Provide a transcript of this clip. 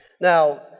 Now